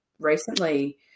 Recently